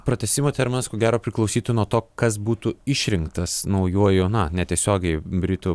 pratęsimo terminas ko gero priklausytų nuo to kas būtų išrinktas naujuoju na netiesiogiai britų